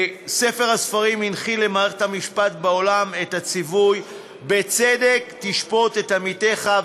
ספר הספרים הנחיל למערכת המשפט בעולם את הציווי "בצדק תשפֹט עמיתך",